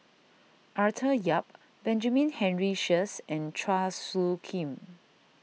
Arthur Yap Benjamin Henry Sheares and Chua Soo Khim